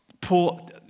pull